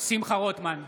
שמחה רוטמן,